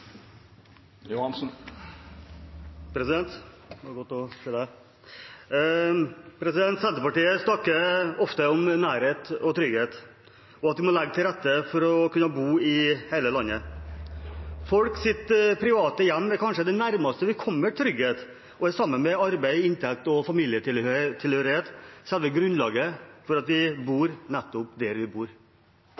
Senterpartiet snakker ofte om nærhet og trygghet, og at vi må legge til rette for å kunne bo i hele landet. Folks private hjem er kanskje det nærmeste vi kommer trygghet, og er, sammen med arbeid, inntekt og familietilhørighet, selve grunnlaget for at vi